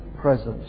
presence